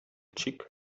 cheek